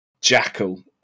Jackal